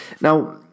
now